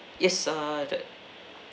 yes err the